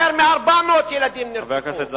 יותר מ-400 ילדים נרצחו, חבר הכנסת זחאלקה,